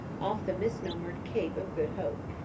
off the misnomered cape of good hope.